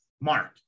mark